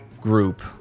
group